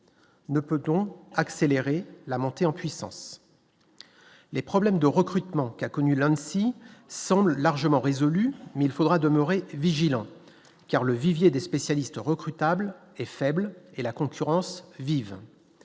ne peut donc accélérer la montée en puissance, les problèmes de recrutement qu'a connu l'homme s'il semble largement résolue mais il faudra demeurer vigilants car le vivier des spécialistes recrue tables et faible et la concurrence est